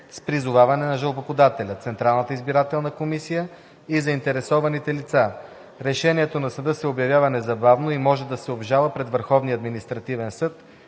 с призоваване на жалбоподателя, Централната избирателна комисия и заинтересованите лица. Решението на съда се обявява незабавно и може да се обжалва пред Върховния административен съд